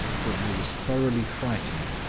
for i was thoroughly frightened.